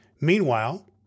Meanwhile